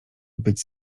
być